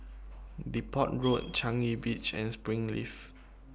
Depot Road Changi Beach and Springleaf